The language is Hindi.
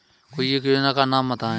कोई एक योजना का नाम बताएँ?